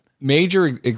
major